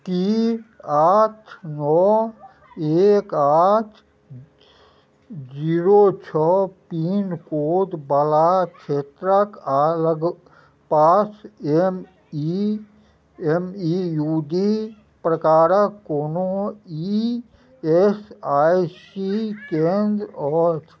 कि आठ नओ एक आठ जीरो छओ पिनकोडवला क्षेत्रके लगपास M E M E U D प्रकारके कोनो ई एस आइ सी केन्द्र अछि